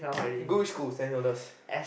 can go which school Saint-Hilda's